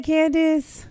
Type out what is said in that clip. Candice